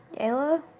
Ayla